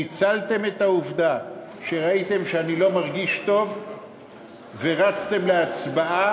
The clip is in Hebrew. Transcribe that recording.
ניצלתם את העובדה שראיתם שאני לא מרגיש טוב ורצתם להצבעה.